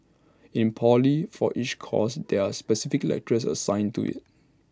in poly for each course there are specific lecturers assigned to IT